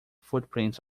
footprints